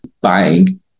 buying